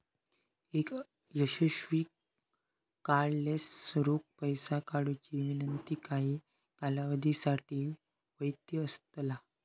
एक यशस्वी कार्डलेस रोख पैसो काढुची विनंती काही कालावधीसाठी वैध असतला